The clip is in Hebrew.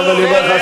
עכשיו אומר לך,